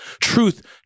truth